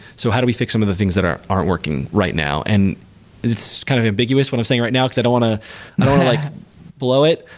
so how do we fix some of the things that aren't working right now? and it's kind of ambiguous what i'm saying right now, because i don't want to like blow it.